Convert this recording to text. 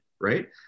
right